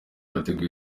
yateguye